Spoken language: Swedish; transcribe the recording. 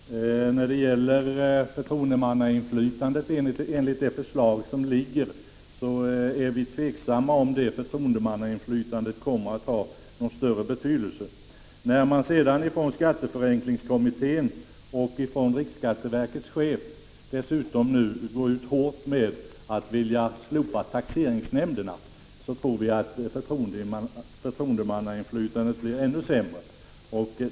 Herr talman! När det gäller förtroendemannainflytandet enligt det förslag som föreligger är vi tveksamma om detta förtroendemannainflytande kommer att ha någon större betydelse. Då skatteförenklingskommittén och riksskatteverkets chef dessutom nu går ut hårt och vill slopa taxeringsnämnderna, så tror vi att förtroendemanna inflytandet blir ännu sämre.